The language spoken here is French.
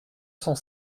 cent